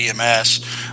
ems